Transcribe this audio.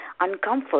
uncomfort